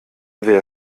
wer